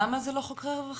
למה זה לא חוקרי הערכה?